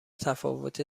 تفاوت